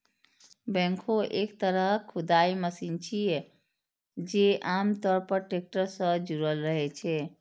backhoe एक तरहक खुदाइ मशीन छियै, जे आम तौर पर टैक्टर सं जुड़ल रहै छै